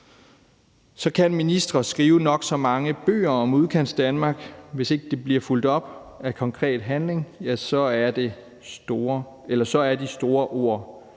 så kan ministre skrive nok så mange bøger om Udkantsdanmark; hvis ikke det bliver fulgt op af konkret handling, er de store ord